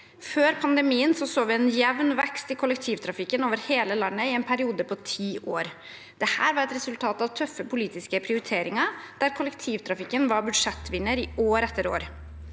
Før pandemien så vi en jevn vekst i kollektivtrafikken over hele landet i en periode på ti år. Dette var et resultat av tøffe politiske prioriteringer, der kollektivtrafikken var budsjettvinner i år etter år.